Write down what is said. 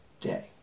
day